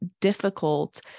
difficult